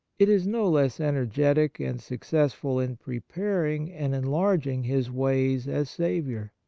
it is no less energetic and success ful in preparing and enlarging his ways as saviour.